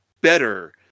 better